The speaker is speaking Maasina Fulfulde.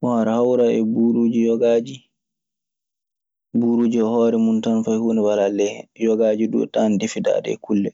Bon, aɗa hawara e buuruuji yogaaji, buuruuji e hoore mun tan fay huunde walaa e ley hen. Yogaaji duu tawan defidaaɗe e kulle.